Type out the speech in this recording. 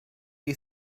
you